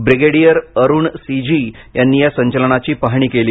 brigadier Arun C G यांनी या संचलनाची पाहणी केली